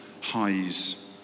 highs